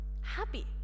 Happy